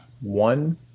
One